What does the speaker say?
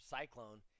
Cyclone